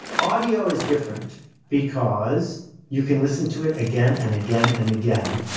audio is different because you can listen to it again and again and again,